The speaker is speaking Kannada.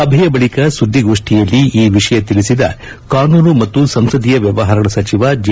ಸಭೆಯ ಬಳಿಕ ಸುದ್ದಿಗೋಷ್ಠಿಯಲ್ಲಿ ಈ ವಿಷಯ ತಿಳಿಸಿದ ಕಾನೂನು ಮತ್ತು ಸಂಸದೀಯ ವ್ಯವಹಾರಗಳ ಸಚಿವ ಜೆ